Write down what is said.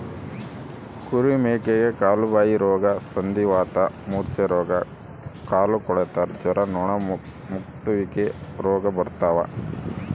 ಕುರಿ ಮೇಕೆಗೆ ಕಾಲುಬಾಯಿರೋಗ ಸಂಧಿವಾತ ಮೂರ್ಛೆರೋಗ ಕಾಲುಕೊಳೆತ ಜ್ವರ ನೊಣಮುತ್ತುವಿಕೆ ರೋಗ ಬರ್ತಾವ